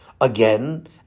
again